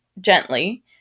gently